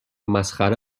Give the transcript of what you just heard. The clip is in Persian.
مسخره